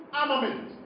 armament